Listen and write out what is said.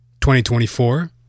2024